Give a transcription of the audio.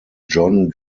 john